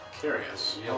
Curious